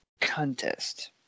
contest